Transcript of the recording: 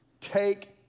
Take